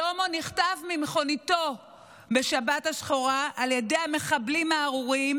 שלמה נחטף ממכוניתו בשבת השחורה על ידי המחבלים הארורים,